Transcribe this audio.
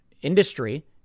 Industry